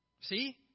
See